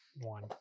one